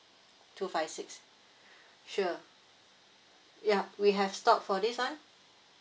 two five six sure ya we have stock for this [one]